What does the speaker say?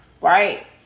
right